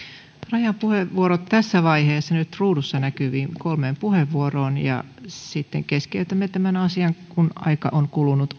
rajaan puheenvuorot tässä vaiheessa nyt ruudussa näkyviin kolmeen puheenvuoroon ja sitten keskeytämme tämän asian käsittelyn koska aika on kulunut